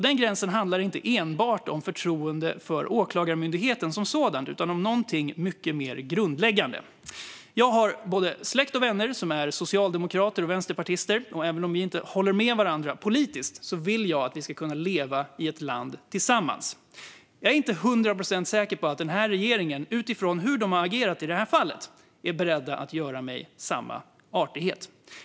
Den gränsen handlar inte enbart om förtroende för Åklagarmyndigheten som sådan utan om något mycket mer grundläggande. Jag har släkt och vänner som är både socialdemokrater och vänsterpartister. Även om vi inte håller med varandra politiskt vill jag att vi ska kunna leva i ett land tillsammans. Jag är inte hundra procent säker på att den här regeringen, utifrån hur den har agerat i detta fall, är beredd att göra mig samma artighet.